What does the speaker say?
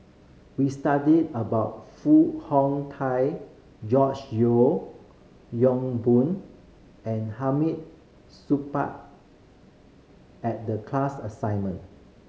we studied about Foo Hong Tatt George Yeo Yong Boon and Hamid Supaat at the class assignment